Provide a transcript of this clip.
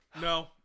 No